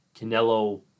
Canelo